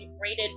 rated